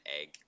egg